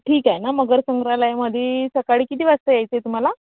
ठीक आहे ना मगर संग्रहालयामध्ये सकाळी किती वाजता यायचे आहे तुम्हाला